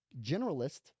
generalist